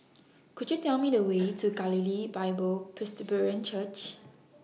Could YOU Tell Me The Way to Galilee Bible Presbyterian Church